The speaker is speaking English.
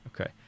Okay